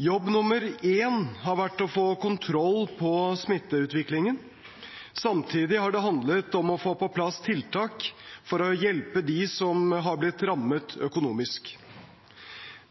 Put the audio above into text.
Jobb nr. én har vært å få kontroll på smitteutviklingen. Samtidig har det handlet om å få på plass tiltak for å hjelpe dem som har blitt rammet økonomisk.